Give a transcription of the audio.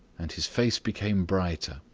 and his face became brighter.